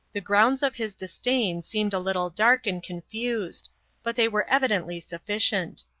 the grounds of his disdain seemed a little dark and confused but they were evidently sufficient.